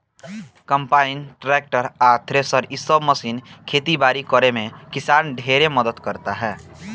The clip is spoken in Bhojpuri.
कंपाइन, ट्रैकटर आ थ्रेसर इ सब मशीन खेती बारी करे में किसान ढेरे मदद कराता